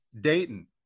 Dayton